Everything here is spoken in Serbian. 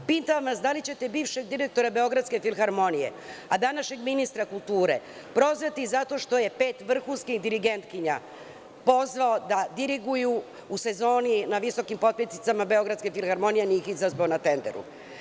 Pitam vas – da li ćete bivšeg direktora Beogradske filharmonije, a današnjeg ministra kulture, prozvati zato što je pet vrhunskih dirigentkinja pozvao da diriguju u sezoni na visokim potpeticama Beogradske filharmonije, a nije ih izazvao na tenderu?